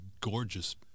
gorgeous